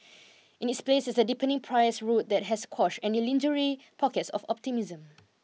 in its place is a deepening price rout that has quashed any lingering pockets of optimism